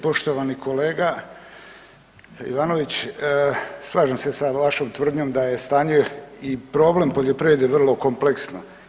Poštovani kolega Ivanović, slažem se sa vašom tvrdnjom da je stanje i problem poljoprivrede vrlo kompleksno.